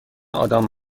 آدام